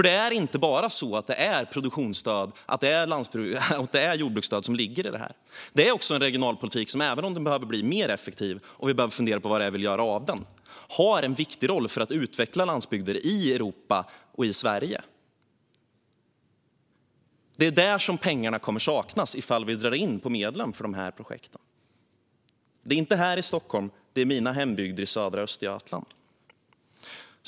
Det är inte bara produktionsstöd och jordbruksstöd som finns i detta, utan det är också fråga om att regionalpolitiken - som även den behöver bli mer effektiv; vi behöver fundera över vad vi ska göra av den - har en viktig roll för att utveckla landsbygder i Europa och i Sverige. Det är där pengarna kommer att saknas om medlen för dessa projekt dras in. Det är inte här i Stockholm utan det är i min hembygd i södra Östergötland.